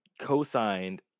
co-signed